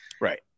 right